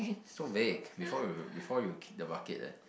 so vague before you before you'll kick the bucket leh